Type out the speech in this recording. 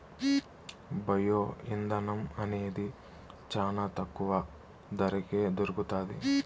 bio ఇంధనం అనేది చానా తక్కువ ధరకే దొరుకుతాది